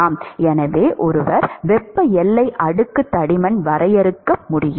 எனவே ஒருவர் வெப்ப எல்லை அடுக்கு தடிமன் வரையறுக்க முடியும்